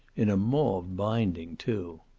in a mauve binding, too.